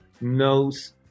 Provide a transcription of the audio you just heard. knows